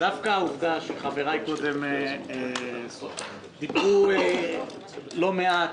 דווקא העובדה שחבריי קודם דיברו לא מעט,